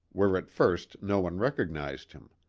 where at first no one recognized him.